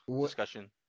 discussion